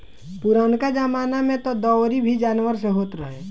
पुरनका जमाना में तअ दवरी भी जानवर से होत रहे